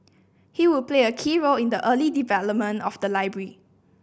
he would play a key role in the early development of the library